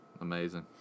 amazing